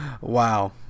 Wow